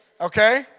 Okay